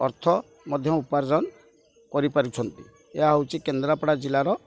ଅର୍ଥ ମଧ୍ୟ ଉପାର୍ଜନ କରିପାରୁଛନ୍ତି ଏହା ହଉଛି କେନ୍ଦ୍ରାପଡ଼ା ଜିଲ୍ଲାର